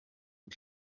und